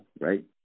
right